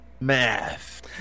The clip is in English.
Math